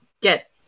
get